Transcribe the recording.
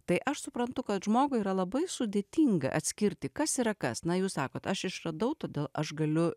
tai aš suprantu kad žmogui yra labai sudėtinga atskirti kas yra kas na jūs sakot aš išradau todėl aš galiu